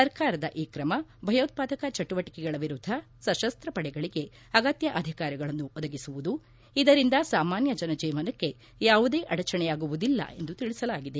ಸರ್ಕಾರದ ಈ ಕ್ರಮ ಭಯೋತ್ಪಾದಕ ಚಟುವಟಿಕೆಗಳ ವಿರುದ್ಧ ಸಶಸ್ತಪಡೆಗಳಿಗೆ ಅಗತ್ಯ ಅಧಿಕಾರಗಳನ್ನು ಒದಗಿಸುವುದು ಇದರಿಂದ ಸಾಮಾನ್ಯ ಜನಜೀವನಕ್ಕೆ ಯಾವುದೇ ಅಡಚಣೆಯಾಗುವುದಿಲ್ಲ ಎಂದು ತಿಳಿಸಲಾಗಿದೆ